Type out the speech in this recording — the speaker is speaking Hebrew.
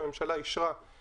השאלה אם זה קורה או יקרה?